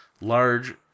Large